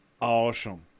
awesome